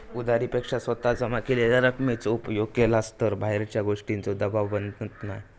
उधारी पेक्षा स्वतः जमा केलेल्या रकमेचो उपयोग केलास तर बाहेरच्या गोष्टींचों दबाव बनत नाय